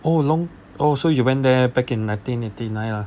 oh long oh so you went there back in nineteen eighty nine lah